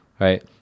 Right